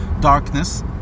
darkness